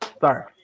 Sorry